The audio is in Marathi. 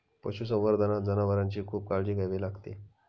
पशुसंवर्धनात जनावरांची खूप काळजी घ्यावी लागते